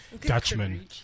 Dutchman